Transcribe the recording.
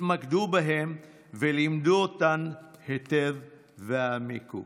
התמקדו בהן ולמדו אותן היטב והעמיקו,